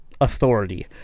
authority